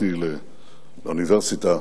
הלכתי לאוניברסיטה